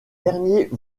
derniers